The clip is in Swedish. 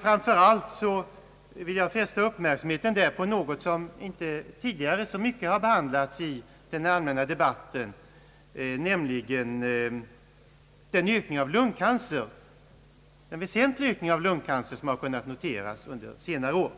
Framför allt vill jag fästa uppmärksamheten på något som inte tidigare så mycket har behandlats i den allmänna debatten, nämligen den väsentliga ökning av lungcancern som har kunnat noteras under senare år.